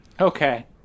Okay